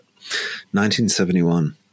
1971